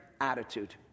attitude